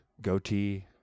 goatee